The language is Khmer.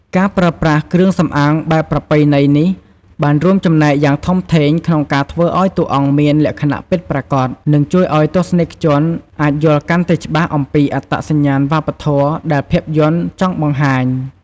ការប្រើប្រាស់គ្រឿងសំអាងបែបប្រពៃណីនេះបានរួមចំណែកយ៉ាងធំធេងក្នុងការធ្វើឱ្យតួអង្គមានលក្ខណៈពិតប្រាកដ និងជួយឱ្យទស្សនិកជនអាចយល់កាន់តែច្បាស់អំពីអត្តសញ្ញាណវប្បធម៌ដែលភាពយន្តចង់បង្ហាញ។